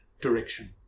direction